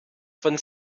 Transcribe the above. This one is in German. von